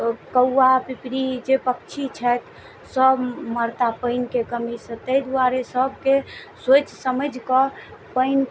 कौआ पीपरी जे पक्षी छथि सब मरता पानिके कमीसँ तै दुआरे सभके सोचि समझि कऽ पानि